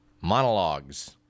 monologues